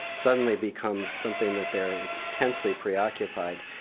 suddenly becomes something that they are intensely preoccupied